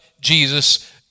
Jesus